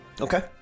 Okay